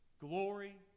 Glory